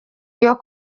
iyo